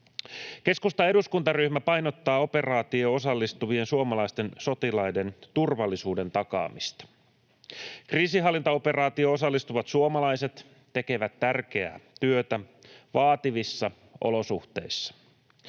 Keskustan eduskuntaryhmä painottaa operaatioon osallistuvien suomalaisten sotilaiden turvallisuuden takaamista. Kriisinhallintaoperaatioon osallistuvat suomalaiset tekevät tärkeää työtä vaativissa olosuhteissa.